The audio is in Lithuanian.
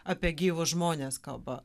apie gyvus žmones kalba